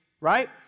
right